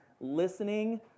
listening